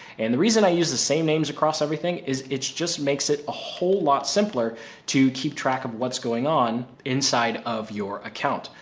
and the reason i use the same names across everything is it's just makes it a whole lot simpler to keep track of what's going on inside of your account.